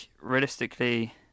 realistically